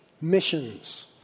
Missions